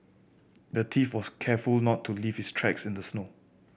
the thief was careful to not leave his tracks in the snow